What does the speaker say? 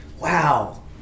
Wow